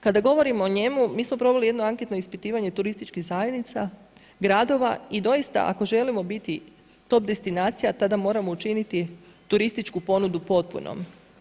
Kada govorimo o njemu, mi smo proveli jedno anketno ispitivanje turističkih zajednica, gradova i doista ako želimo biti top destinacija, tada moramo učiniti turističku ponudu potpunom.